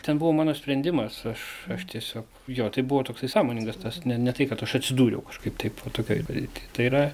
ten buvo mano sprendimas aš aš tiesiog jo tai buvo toksai sąmoningas tas ne ne tai kad aš atsidūriau kažkaip taip va tokioj padėty tai yra